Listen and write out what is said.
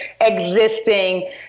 existing